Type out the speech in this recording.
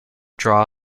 draw